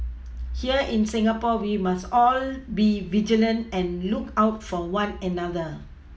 here in Singapore we must all be vigilant and look out for one another